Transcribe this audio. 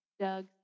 Doug